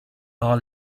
all